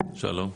שלום.